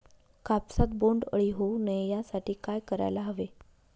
कापसात बोंडअळी होऊ नये यासाठी काय करायला हवे?